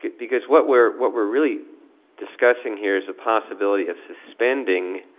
because what we're what we're really discussing here is the possibility of suspending